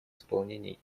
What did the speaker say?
исполнении